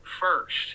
first